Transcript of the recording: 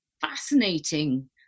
fascinating